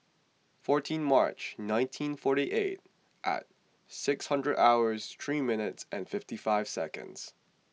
fourteen March nineteen forty eight and six hundred hours three minutes and fifty five seconds